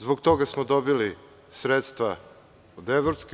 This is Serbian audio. Zbog toga smo dobili sredstva od EU.